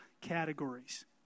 categories